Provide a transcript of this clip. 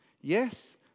Yes